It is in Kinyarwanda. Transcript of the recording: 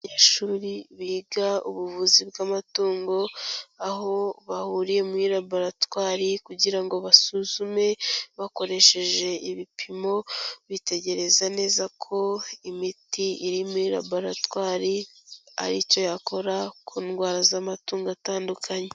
abanyeshuri biga ubuvuzi bw'amatungo aho bahuriye muri raboratwari kugira ngo basuzume bakoresheje ibipimo, bitegereza neza ko, imiti iri muri raboratwari ari icyo yakora ku ndwara z'amatungo atandukanye.